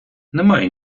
немає